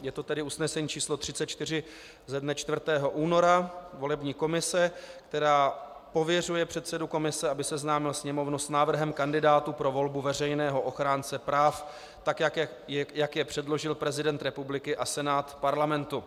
Je to tedy usnesení číslo 34 ze dne 4. února volební komise, která pověřuje předsedu komise, aby seznámil Sněmovnu s návrhem kandidátů pro volbu veřejného ochránce práv, tak jak je předložil prezident republiky a Senát Parlamentu.